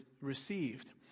received